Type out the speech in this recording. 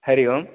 Hari Om